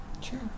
Sure